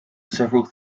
several